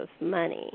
money